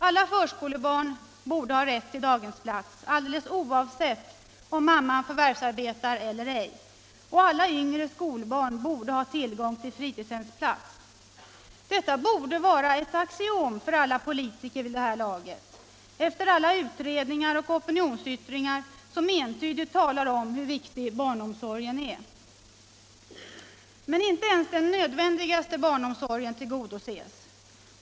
Alla förskolebarn borde ha rätt till daghemsplats, alldeles oavsett om mamman förvärvsarbetar eller ej. Och alla yngre skolbarn borde ha tillgång till fritidshemsplats. Detta borde vara ett axiom för alla politiker vid det här laget, efter alla utredningar och opinionsyttringar som entydigt talar om hur viktig barnomsorgen är. Men inte ens den nödvändigaste barnomsorgen tillgodoses.